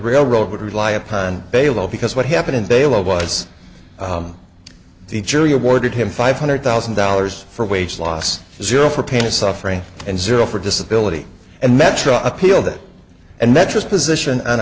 railroad would rely upon bail because what happened is they load was the jury awarded him five hundred thousand dollars for wage loss zero for pain and suffering and zero for disability and metra appealed it and that's just position on